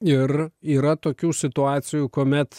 ir yra tokių situacijų kuomet